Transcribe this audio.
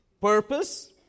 purpose